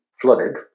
flooded